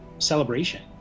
Celebration